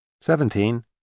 Seventeen